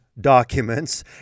documents